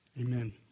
Amen